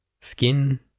Skin